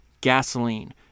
gasoline